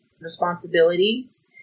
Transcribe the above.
responsibilities